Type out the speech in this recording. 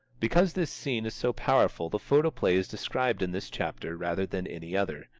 because this scene is so powerful the photoplay is described in this chapter rather than any other,